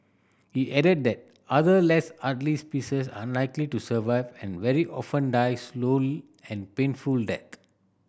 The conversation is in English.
he added that other less hardly species are unlikely to survive and very often die slow and painful death